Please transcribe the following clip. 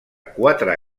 quatre